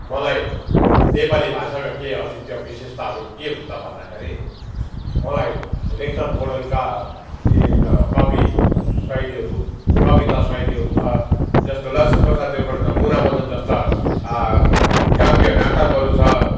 मलाई नेपाली भाषाका केही अद्वितीय विशेषताहरू के हुन् त भन्दाखेरि मलाई लेखनाथ पौड्यालका के कवि शैलीहरू कविता शैलीहरू छ जस्तो लक्ष्मीप्रसाद देवकोटा त मुना मदन जस्ता काव्य नाटकहरू छ